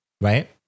right